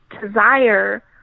desire